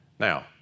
Now